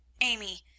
Amy—